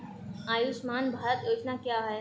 आयुष्मान भारत योजना क्या है?